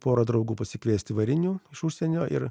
pora draugų pasikviesti varinių iš užsienio ir